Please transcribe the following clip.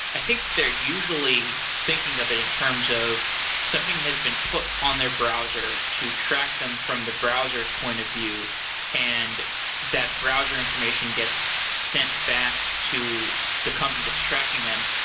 i think they're usually thinking of it in terms of something has been put on their browser to track them form the browser s point of view and that browser information gets sent back to the company that's tracking them,